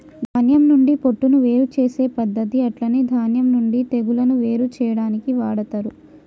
ధాన్యం నుండి పొట్టును వేరు చేసే పద్దతి అట్లనే ధాన్యం నుండి తెగులును వేరు చేయాడానికి వాడతరు